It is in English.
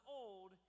old